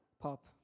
Pop